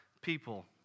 people